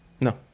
No